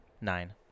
Nine